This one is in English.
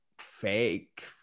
fake